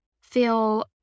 feel